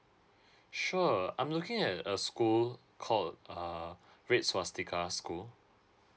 sure I'm looking at a school called uh red swastika school